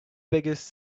biggest